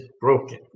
broken